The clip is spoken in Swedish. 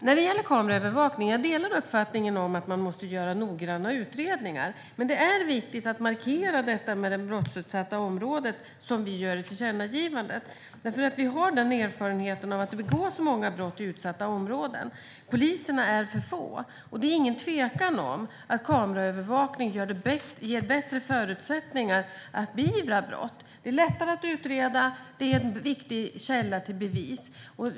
När det gäller kameraövervakning delar jag uppfattningen att man måste göra noggranna utredningar, men det är viktigt att markera detta med det brottsutsatta området som vi gör i tillkännagivandet. Vi har erfarenheten att det begås många brott i utsatta områden. Poliserna är för få, och det är ingen tvekan om att kameraövervakning ger bättre förutsättningar att beivra brott. Det är lättare att utreda, och det är en viktig källa till bevis.